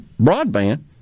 broadband